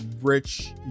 rich